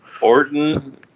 Orton